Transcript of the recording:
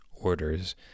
orders